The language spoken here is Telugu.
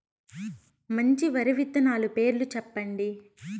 మంచి వరి విత్తనాలు పేర్లు చెప్పండి?